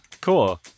Cool